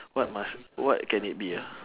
what must what can it be ah